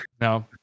No